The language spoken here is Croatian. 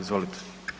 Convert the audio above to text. Izvolite.